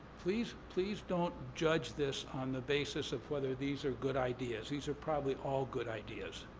please, please don't judge this on the basis of whether these are good ideas. these are probably all good ideas,